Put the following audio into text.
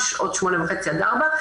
בשעות שמונה וחצי עד ארבע,